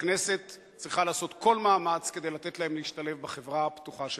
הכנסת צריכה לעשות כל מאמץ כדי לתת להם להשתלב בחברה הפתוחה שלנו.